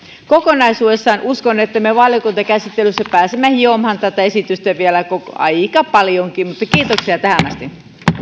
kokonaisuudessaan uskon että me valiokuntakäsittelyssä pääsemme hiomaan tätä esitystä vielä aika paljonkin mutta kiitoksia tähän asti